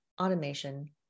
automation